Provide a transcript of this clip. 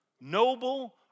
noble